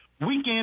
weekend